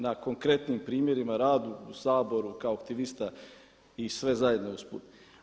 Na konkretnim primjerima rad u Saboru kao aktivista i sve zajedno usput.